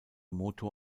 motor